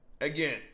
Again